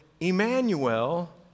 Emmanuel